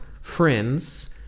friends